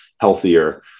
healthier